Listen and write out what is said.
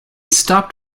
stopped